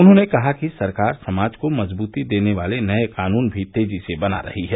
उन्होंने कहा कि सरकार समाज को मजबूती देने वाले नए कानून भी तेजी से बना रही है